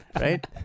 Right